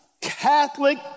Catholic